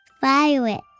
Violet